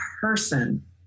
person